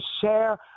share